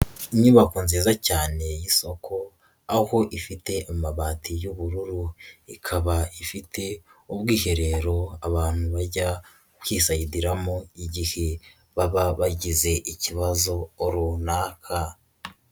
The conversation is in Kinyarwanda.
Inyubako nziza cyane y'isoko, aho ifite amabati y'ubururu, ikaba ifite ubwiherero abantu bajya kwisayidiramo mu igihe baba bagize ikibazo runaka.